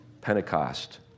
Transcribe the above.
pentecost